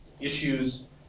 issues